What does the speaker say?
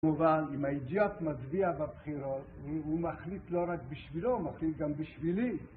כמובן, אם האידיוט מצביע בבחירות, הוא מחליט לא רק בשבילו, הוא מחליט גם בשבילי.